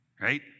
right